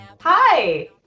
hi